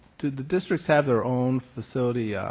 do the districts have their own facility yeah